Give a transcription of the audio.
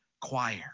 choir